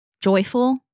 joyful